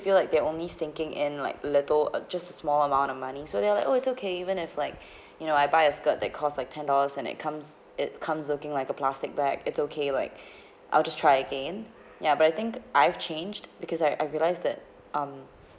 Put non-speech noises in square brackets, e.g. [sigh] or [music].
feel like they're only sinking in like little ah just a small amount of money so they're like oh it's okay even if like [breath] you know I buy a skirt that cost like ten dollars and it comes it comes looking like a plastic bag it's okay like [breath] I'll just try again ya but I think I've changed because I I realised that um